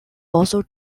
also